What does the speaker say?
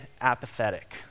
apathetic